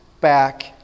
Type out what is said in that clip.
back